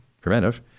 preventive